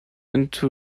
into